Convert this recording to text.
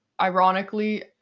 ironically